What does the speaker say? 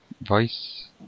voice